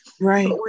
Right